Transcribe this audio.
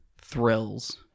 Thrills